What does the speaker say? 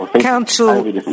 Council